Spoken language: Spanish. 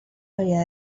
había